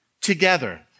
together